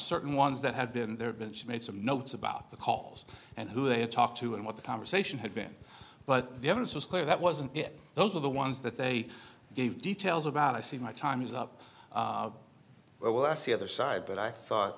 certain ones that had been there had been made some notes about the calls and who they talked to and what the conversation had been but the evidence was clear that wasn't it those are the ones that they gave details about i see my time is up well that's the other side but i thought